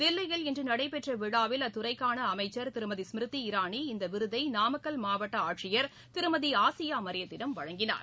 தில்லியில் இன்று நடைபெற்ற விழாவில் அத்துறைக்கான அமைச்சர் திருமதி ஸ்மிருதி இரானி இந்த விருதை நாமக்கல் மாவட்ட ஆட்சியர் திருமதி ஆசியா மரியத்திடம் வழங்கினார்